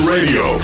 Radio